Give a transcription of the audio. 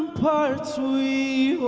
ramparts we